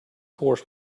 horse